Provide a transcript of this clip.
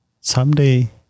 Someday